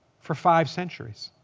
for five centuries.